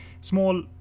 small